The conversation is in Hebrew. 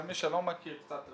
למי שלא מכיר, קצת רקע.